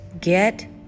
get